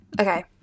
okay